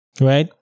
right